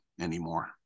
anymore